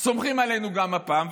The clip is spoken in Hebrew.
סומכים עלינו גם הפעם,